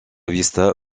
vista